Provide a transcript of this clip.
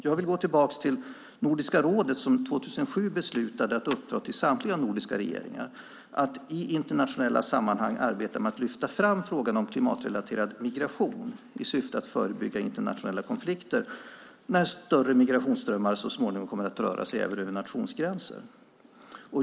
Jag vill gå tillbaka till Nordiska rådet som 2007 beslutade att uppdra till samtliga nordiska regeringar att i internationella sammanhang arbeta med att lyfta fram frågan om klimatrelaterad migration i syfte att förebygga internationella konflikter när större migrationsströmmar så småningom kommer att röra sig även över nationsgränser.